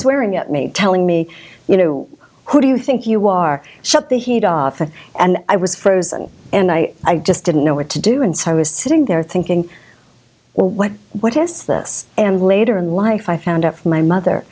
swearing at me telling me you know who do you think you are shut the heat off and i was frozen and i i just didn't know what to do and so i was sitting there thinking well what what has this and later in life i found out from my mother